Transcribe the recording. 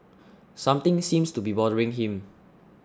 something seems to be bothering him